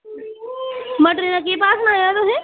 मटरै दा केह् भाव सनाया तुसें